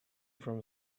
from